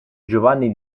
giovanni